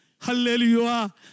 Hallelujah